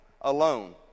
alone